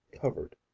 covered